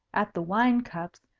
at the wine-cups,